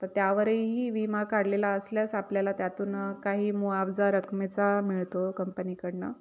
तर त्यावरही विमा काढलेला असल्यास आपल्याला त्यातून काही मुआवजा रकमेचा मिळतो कंपनीकडून